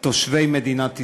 תושבי מדינת ישראל.